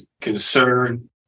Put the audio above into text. concern